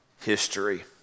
history